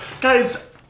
Guys